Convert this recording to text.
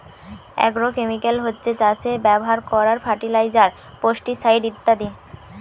agrochemical হচ্ছে চাষে ব্যাভার কোরার ফার্টিলাইজার, পেস্টিসাইড ইত্যাদি